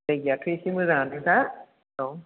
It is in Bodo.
जायगायाथ' एसे मोजाङानोखा औ